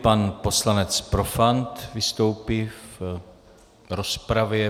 Pan poslanec Profant vystoupí v rozpravě.